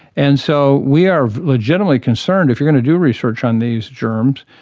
and so we are legitimately concerned, if you are going to do research on these germs,